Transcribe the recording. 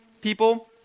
people